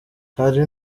hari